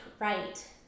right